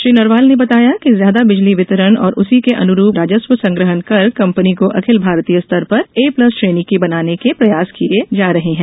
श्री नरवाल ने बताया कि ज्यादा बिजली वितरण एवं उसी के अन्रूरप राजस्व संग्रहण कर कंपनी को अखिल भारतीय स्तर पर ए प्लस श्रेणी की बनाने के प्रयास चल रहे हैं